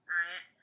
right